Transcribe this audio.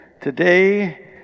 Today